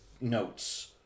notes